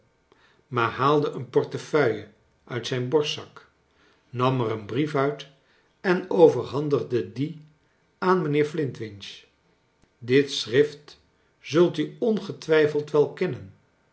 maar haalde een portefeuille uit zijn borstzak nam er een brief uit en overhandigde dien aan mijnheer flintwinch dit schrift zult u ongetwijfeld wel kennen